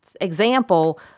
example